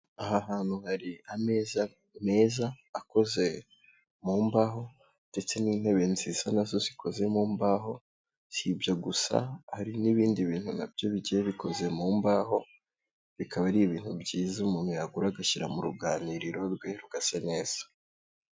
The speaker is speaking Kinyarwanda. Aha hantu hari ameza meza, akoze mu mbaho ndetse n'intebe nziza nazo zikoze mu mbaho, si ibyo gusa, hari n'ibindi bintu nabyo bigiye bikoze mu mbaho, bikaba ari ibintu byiza umuntu yagura, agashyira mu ruganiriro rwe, rugasa neza.